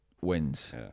wins